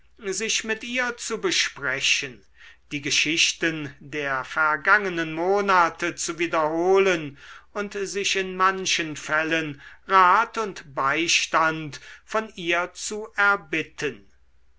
sich mit ihr zu besprechen die geschichten der vergangenen monate zu wiederholen und sich in manchen fällen rat und beistand von ihr zu erbitten